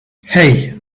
hey